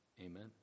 Amen